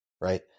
right